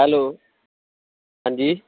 hello ਹਾਂਜੀ